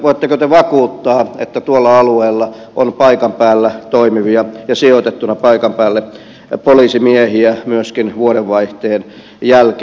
voitteko te vakuuttaa että tuolla alueella on paikan päällä toimivia ja paikan päälle sijoitettuna poliisimiehiä myöskin vuodenvaihteen jälkeen